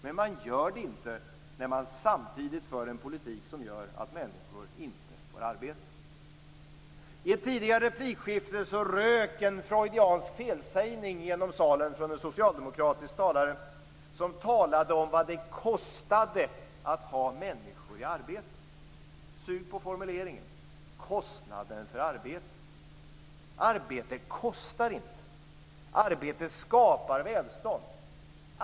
Men man gör det inte när man samtidigt för en politik som gör att människor inte får arbete. I ett tidigare replikskifte rök en freudiansk felsägning genom salen från en socialdemokratisk talare, som talade om vad det kostade att ha människor i arbete. Sug på formuleringen: kostnaden för arbete. Arbete kostar inte. Arbete skapar välstånd.